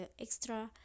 extra